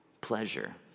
pleasure